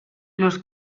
los